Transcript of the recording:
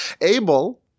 Abel